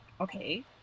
okay